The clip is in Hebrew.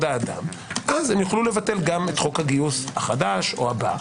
האדם אז יוכלו לגייס גם את חוק הגיוס החדש או הבא.